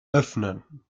öffnen